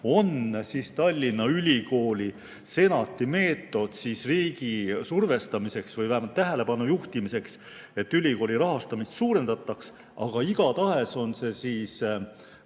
on Tallinna Ülikooli senati meetod riigi survestamiseks või vähemalt tähelepanu juhtimiseks, et ülikooli rahastamist suurendataks, aga igatahes on see väga